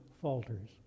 falters